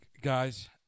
guys